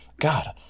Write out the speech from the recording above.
God